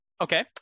Okay